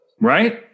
right